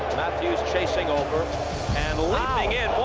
matthews chasing over and leaping in.